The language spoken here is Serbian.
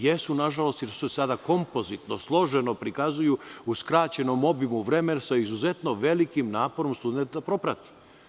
Jesu nažalost, jer se sada kompozitivno, složeno prikazuju u skraćenom obimu vremena sa izuzetno sa velikim naporom studenta da to proprati.